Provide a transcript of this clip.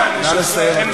נא לסיים.